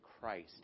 Christ